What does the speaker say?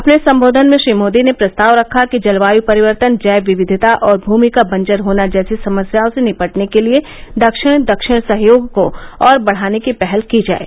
अपने सम्बोधन में श्री मोदी ने प्रस्ताव रखा कि जलवाय परिवर्तन जैव विविधता और भूमि का बंजर होना जैसी समस्याओं से निपटने के लिए दक्षिण दक्षिण सहयोग को और बढ़ाने की पहल की जाये